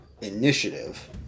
initiative